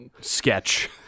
sketch